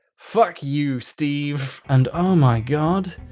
fuck you, steve. and, oh my god.